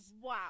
wow